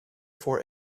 for